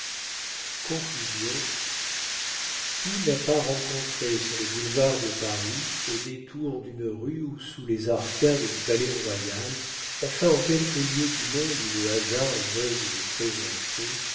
femme qui n'a pas rencontré sur les boulevards de paris au détour d'une rue ou sous les arcades du palais-royal enfin en quelque lieu du monde où le hasard veuille le présenter